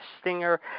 Stinger